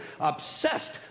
obsessed